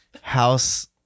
House